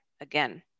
again